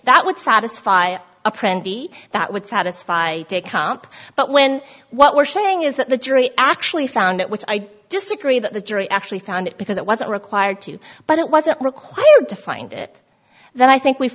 that would satisfy a pretty that would satisfy a comp but when what we're saying is that the jury actually found it which i disagree that the jury actually found it because it wasn't required to but it wasn't required to find it that i think we've